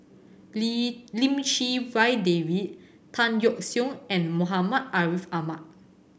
Lee Lim Chee Wai David Tan Yeok Seong and Muhammad Ariff Ahmad